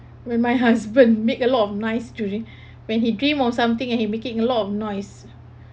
when my husband make a lot of noise during when he dream of something and he making a lot of noise